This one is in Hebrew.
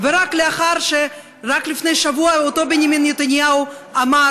לאחר שרק לפני שבוע אותו בנימין נתניהו אמר